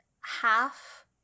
half